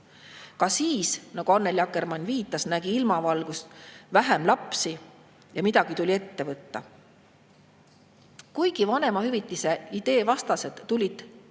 Ka siis, nagu Annely Akkermann viitas, nägi ilmavalgust vähem lapsi ja midagi tuli ette võtta. Kuigi vanemahüvitise idee vastased tulevad